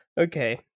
okay